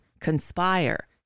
conspire